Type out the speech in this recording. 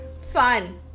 Fun